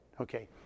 Okay